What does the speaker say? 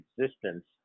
existence